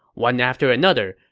one after another,